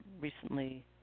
Recently